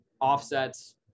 offsets